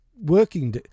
working